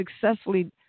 successfully